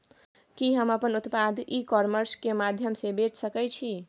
कि हम अपन उत्पाद ई कॉमर्स के माध्यम से बेच सकै छी?